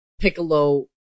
Piccolo